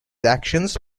actions